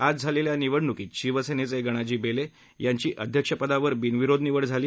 आज झालेल्या निवडणुकीत शिवसेनेचे गणाजी बेले यांची अध्यक्षपदी बिनविरोध निवड झाली